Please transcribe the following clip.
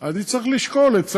אני אצטרך לשקול את צעדינו,